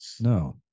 No